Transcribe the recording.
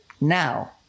now